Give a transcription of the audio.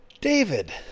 David